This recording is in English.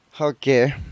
Okay